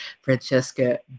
Francesca